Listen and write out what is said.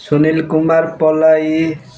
Sunil Kumar Palai